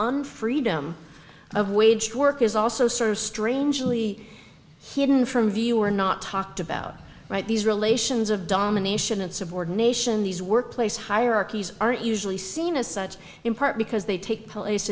on freedom of wage work is also serves strangely hidden from view or not talked about right these relations of domination and subordination these workplace hierarchies are usually seen as such in part because they take place